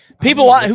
People